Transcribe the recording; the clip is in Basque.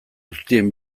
guztien